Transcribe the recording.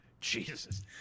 Jesus